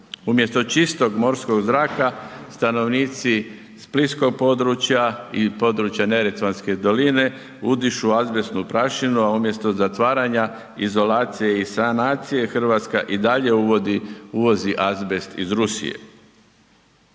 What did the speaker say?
Umjesto čistog morskog zraka stanovnici splitskog područja i područja Neretvanske doline, udišu azbestnu prašinu, a umjesto zatvaranja, izolacije i sanacije, Hrvatska i dalje uvozi azbest iz Rusije